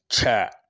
چھ